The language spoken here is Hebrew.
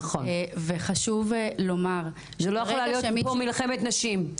נכון, ולא יכולה להיות פה מלחמת נשים.